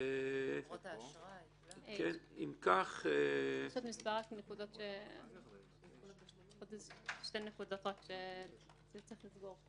יש עוד שתי נקודות שצריך לסגור.